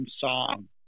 song